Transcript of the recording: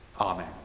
Amen